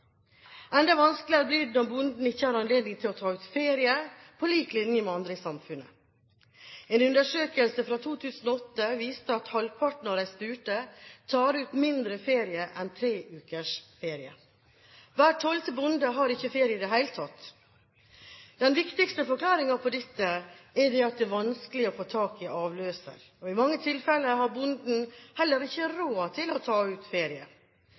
vanskelig. Enda vanskeligere blir det når bonden ikke har anledning til å ta ut ferie på lik linje med andre i samfunnet. En undersøkelse fra 2008 viste at halvparten av de spurte tok ut mindre enn tre ukers ferie. Hver tolvte bonde har ikke ferie i det hele tatt. Den viktigste forklaringen på dette er at det er vanskelig å få tak i avløser. I mange tilfeller har bonden heller ikke råd til å ta ut ferie.